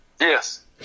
Yes